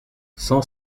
cent